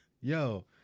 Yo